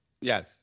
yes